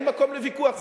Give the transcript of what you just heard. אין מקום לוויכוח,